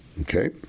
okay